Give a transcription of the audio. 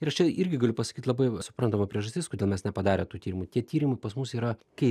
ir aš čia irgi galiu pasakyt labai suprantama priežastis kodėl mes nepadarę tų tyrimų tie tyrimai pas mus yra kai